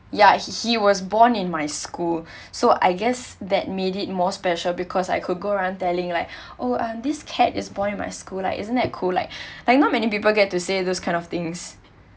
ya he was born in my school so I guess that made it more special because I could go around telling like or um this cat is born in my school lah isn't that cool like I know not many people get to say those kind of things